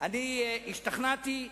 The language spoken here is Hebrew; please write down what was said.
אני השתכנעתי,